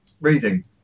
reading